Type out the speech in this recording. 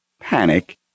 panic